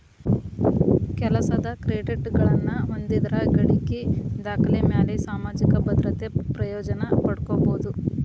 ಕೆಲಸದ್ ಕ್ರೆಡಿಟ್ಗಳನ್ನ ಹೊಂದಿದ್ರ ಗಳಿಕಿ ದಾಖಲೆಮ್ಯಾಲೆ ಸಾಮಾಜಿಕ ಭದ್ರತೆ ಪ್ರಯೋಜನ ಪಡ್ಕೋಬೋದು